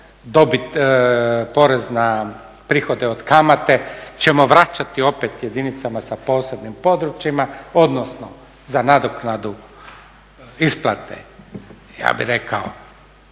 onu porez na prihode od kamate ćemo vraćati opet jedinicama sa posebnim područjima, odnosno za nadoknadu isplate ja bih rekao